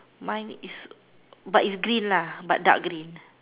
mine is but it's green lah but dark green